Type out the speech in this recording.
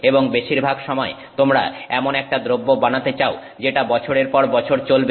এবং বেশিরভাগ সময় তোমরা এমন একটা দ্রব্য বানাতে চাও যেটা বছরের পর বছর চলবে